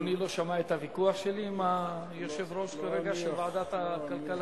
אדוני לא שמע את הוויכוח שלי כרגע עם היושב-ראש של ועדת הכלכלה?